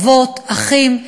אבות, אחים,